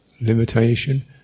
limitation